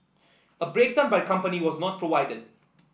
a breakdown by company was not provided